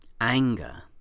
anger